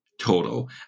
total